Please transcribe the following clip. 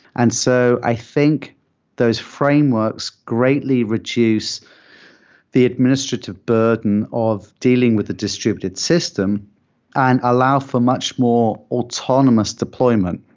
and so i think those frameworks greatly reduce the administrative burden of dealing with a distributed system and allow for much more autonomous deployment.